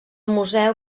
museu